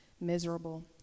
miserable